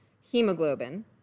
hemoglobin